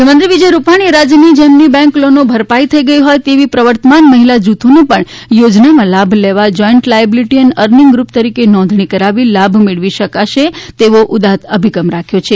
મુખ્યમંત્રી વિજય રૂપાણીએ રાજ્યમાં જેમની બેન્કલોન ભરપાઇ થઇ ગયેલી હોય તેવા પ્રવર્તમાન મહિલા જૂથોને પણ યોજનામાં લાભ લેવા joint liability and earning group તરીકે નોંધણી કરાવીને લાભ મેળવી શકશે તેવો ઉદાત્ત અભિગમ રાખ્યો છે